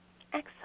Excellent